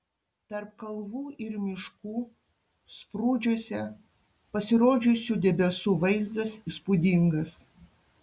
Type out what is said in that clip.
tarp kalvų ir miškų sprūdžiuose pasirodžiusių debesų vaizdas įspūdingas